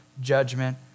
judgment